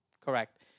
Correct